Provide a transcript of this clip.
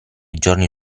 giorni